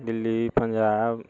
Delhi Punjab